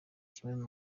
kimwe